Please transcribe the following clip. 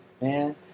man